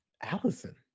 allison